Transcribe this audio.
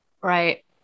Right